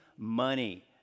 Money